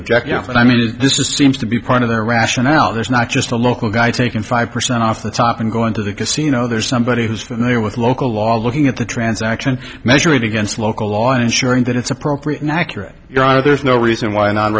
what i mean this is seems to be part of their rationale there's not just a local guy taking five percent off the top and going to the casino there's somebody who's familiar with local law looking at the transaction measuring against local law and ensuring that it's appropriate and accurate your honor there's no reason why non